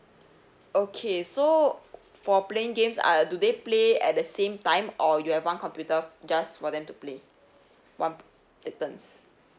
okay so for playing games ah do they play at the same time or you have one computer just for them to play one take turns